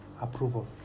approval